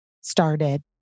started